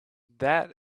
that